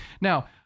now